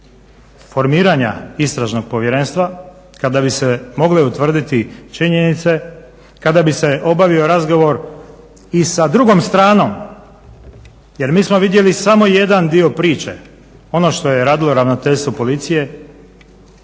formiranja Istražnog povjerenstva kada bi se mogli utvrditi činjenice, kada bi se obavio razgovor i sa drugom stranom jer mi smo vidjeli samo jedan dio priče ono što je radilo Ravnateljstvo policije,